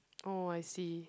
oh I see